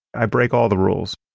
i break all the rules.